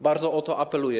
Bardzo o to apeluję.